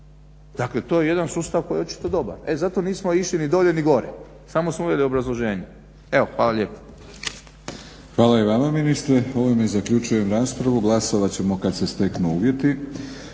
Dakle, to je jedan sustav koji je očito dobar. E zato nismo išli ni dolje ni gore, samo smo uveli obrazloženje. Evo hvala lijepo. **Batinić, Milorad (HNS)** Hvala i vama ministre. Ovime zaključujem raspravu. Glasovat ćemo kad se steknu uvjeti.